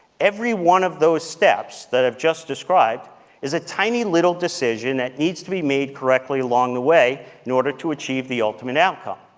every one of those steps that i have just described is a tiny little decision that needs to be made correctly along the way in order to achieve the ultimate outcome.